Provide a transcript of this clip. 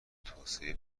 توسعه